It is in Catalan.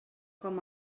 com